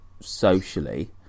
socially